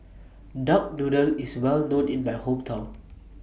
Duck Noodle IS Well known in My Hometown